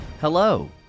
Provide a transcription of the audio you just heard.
Hello